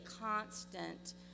constant